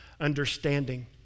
understanding